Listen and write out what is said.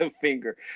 Finger